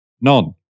None